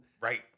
Right